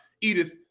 Edith